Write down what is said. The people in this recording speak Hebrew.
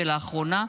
ולאחרונה,